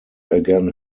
again